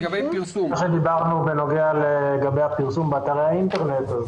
מה שדיברנו בנוגע לפרסום באתרי האינטרנט.